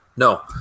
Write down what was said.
No